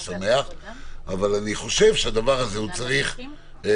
ואני שמח אני חושב שהנקודה הזאת שוב,